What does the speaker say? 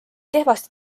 kehvasti